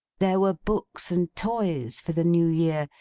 there were books and toys for the new year,